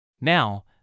Now